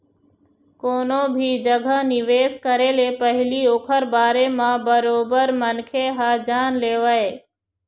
कोनो भी जघा निवेश करे ले पहिली ओखर बारे म बरोबर मनखे ह जान लेवय